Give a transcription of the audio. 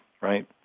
right